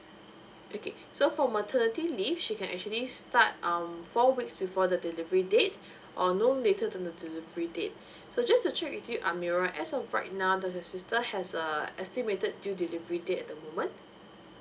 okay so for maternity leave she can actually start um four weeks before the delivery date or no later than the delivery date so just to check with you amirah as of right now does your sister has a estimated due delivery date at the moment